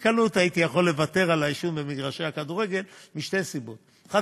בקלות הייתי יכול לוותר על העישון במגרשי הכדורגל משתי סיבות: האחת,